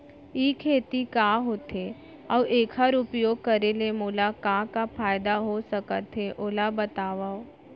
ई खेती का होथे, अऊ एखर उपयोग करे ले मोला का का फायदा हो सकत हे ओला बतावव?